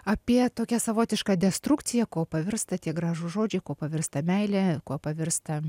apie tokią savotišką destrukciją kuo pavirsta tie gražūs žodžiai kuo pavirsta meilė kuo pavirsta